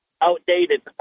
Outdated